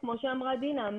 כמו שאמרה דינה,